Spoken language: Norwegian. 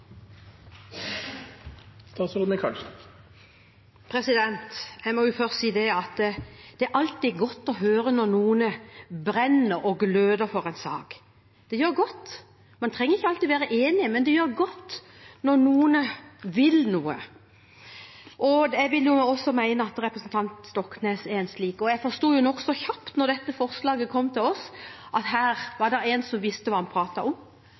alltid godt å høre når noen brenner og gløder for en sak. Det gjør godt. Man trenger ikke alltid være enig, men det gjør godt når noen vil noe. Jeg vil også mene at representanten Stoknes er en slik. Jeg forsto nokså kjapt da dette forslaget kom til oss, at her var det en som visste hva han pratet om,